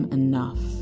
enough